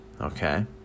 Okay